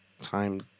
time